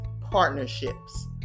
partnerships